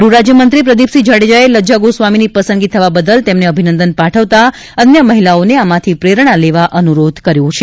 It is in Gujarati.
ગૃહરાજયમંત્રી પ્રદિપસિંહ જાડેજાએ લજ્જા ગોસ્વામીની પસંદગી થવા બદલ તેમને અભિનંદન પાઠવતા અન્ય મહિલાઓને આમાંથી પ્રેરણા લેવ અનુરોધ કર્યો છે